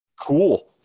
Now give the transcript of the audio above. cool